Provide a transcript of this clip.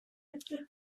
latter